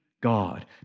God